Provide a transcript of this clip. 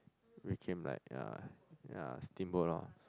it became like ya ya steamboat lor